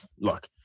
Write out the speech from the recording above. look